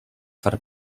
far